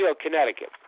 Connecticut